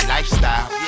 Lifestyle